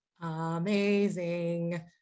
Amazing